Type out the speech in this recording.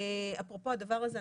אפרופו הדבר הזה,